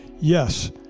Yes